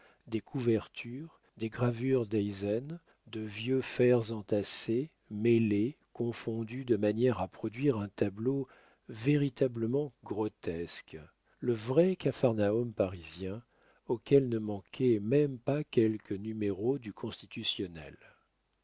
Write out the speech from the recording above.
des couvertures des gravures d'eisen de vieux fers entassés mêlés confondus de manière à produire un tableau véritablement grotesque le vrai capharnaüm parisien auquel ne manquaient même pas quelques numéros du constitutionnel